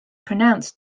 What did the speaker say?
pronounced